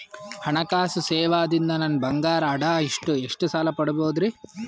ಹಣಕಾಸು ಸೇವಾ ದಿಂದ ನನ್ ಬಂಗಾರ ಅಡಾ ಇಟ್ಟು ಎಷ್ಟ ಸಾಲ ಪಡಿಬೋದರಿ?